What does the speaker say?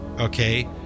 okay